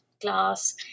class